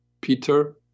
peter